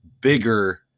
bigger